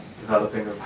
developing